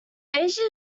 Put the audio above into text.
asia